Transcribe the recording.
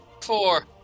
Four